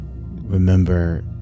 remember